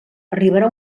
arribarà